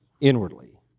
inwardly